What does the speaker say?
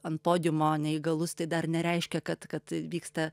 ant podiumo neįgalus tai dar nereiškia kad kad vyksta